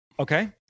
Okay